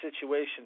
situation